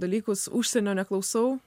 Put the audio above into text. dalykus užsienio neklausau